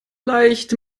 leicht